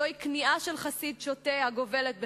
זו כניעה של חסיד שוטה הגובלת בפשע.